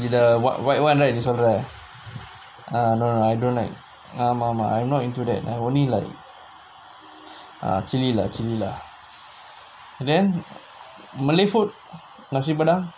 in the the white [one] right is overall ah no I don't like I'm not into that I only like a chili lah then malay food nasi pandang